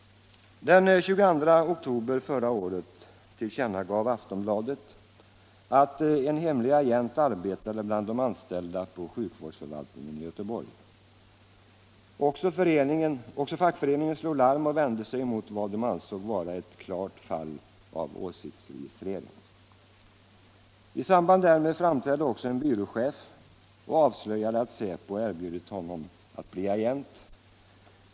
Den 22 oktober förra året tillkännagav Aftonbladet att en hemlig agent arbetade bland de anställda på sjukvårdsförvaltningen i Göteborg. Också 21 fackföreningen slog larm och vände sig mot vad den ansåg vara ett klart fall av åsiktsregistrering. I samband därmed framträdde en byråchef och avslöjade att säpo erbjudit honom att bli agent.